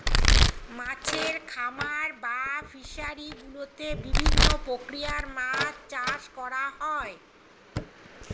মাছের খামার বা ফিশারি গুলোতে বিভিন্ন প্রক্রিয়ায় মাছ চাষ করা হয়